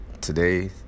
today